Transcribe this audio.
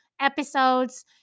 episodes